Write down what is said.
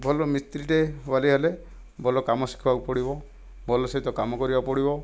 ଭଲ ମିସ୍ତ୍ରୀଟେ ହେବାକୁ ହେଲେ ଭଲ କାମ ଶିଖିବାକୁ ପଡ଼ିବ ଭଲ ସହିତ କାମ କରିବାକୁ ପଡ଼ିବ